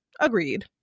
Agreed